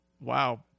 Wow